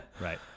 right